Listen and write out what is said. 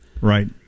Right